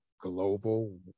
global